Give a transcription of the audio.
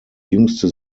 jüngste